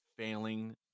failing